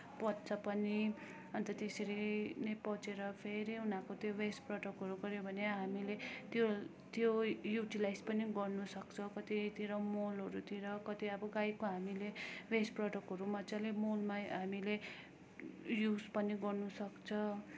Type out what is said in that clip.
पच्छ पनि अन्त त्यसरी नै पचेर फेरि उनीहरूको त्यो वेस्ट प्रडक्टहरू गर्यो भने हामीले त्यो त्यो युटिलाइज पनि गर्नुसक्छौँ कतितिर मलहरूतिर कति अब गाईको हामीले वेस्ट प्रडक्टहरू मजाले मलमै हामीले युज पनि गर्नुसक्छ